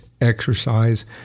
exercise